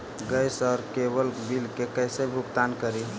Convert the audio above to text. Gas और cable bill के कैसे भुगतान करी?